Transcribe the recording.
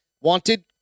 Wanted